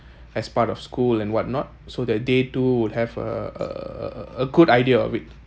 as part of school and what not so that they too would have a a a good idea of it